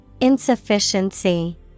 Insufficiency